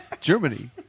Germany